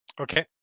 Okay